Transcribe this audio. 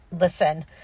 listen